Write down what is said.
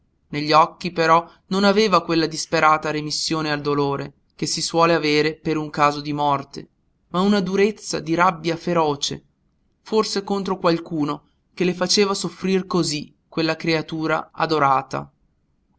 negli occhi però non aveva quella disperata remissione al dolore che si suole avere per un caso di morte ma una durezza di rabbia feroce forse contro qualcuno che le faceva soffrir cosí quella creatura adorata